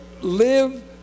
live